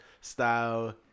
style